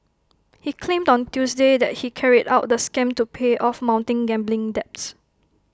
he claimed on Tuesday that he carried out the scam to pay off mounting gambling debts